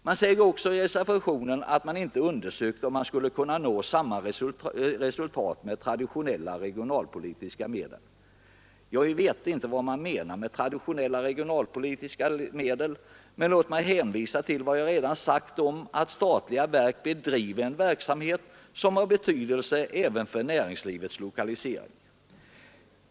Man säger också i reservationen att man inte undersökt om man skulle kunnat nå samma resultat med traditionella regionalpolitiska medel. Jag vet inte vad man menar med traditionella regionalpolitiska medel, men låt mig hänvisa till vad jag redan sagt om att statliga verk bedriver en verksamhet som har betydelse även för näringslivets lokalisering.